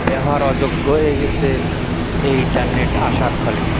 ব্যবহার অযোগ্য হয়ে গিয়েছে এই ইন্টারনেট আসার ফলে